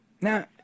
Now